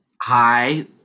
Hi